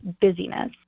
busyness